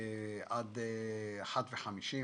עד 13:50,